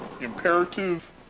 imperative